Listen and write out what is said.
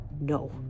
No